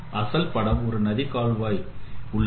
அசல் பட ஒரு நதி கால்வாய் உள்ளது